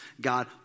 God